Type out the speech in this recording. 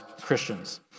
Christians